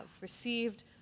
received